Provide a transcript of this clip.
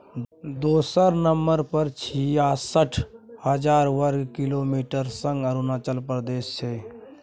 दोसर नंबर पर छियासठ हजार बर्ग किलोमीटरक संग अरुणाचल प्रदेश छै